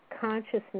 consciousness